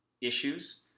issues